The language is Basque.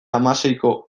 hamaseiko